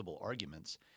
arguments